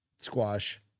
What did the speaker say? Squash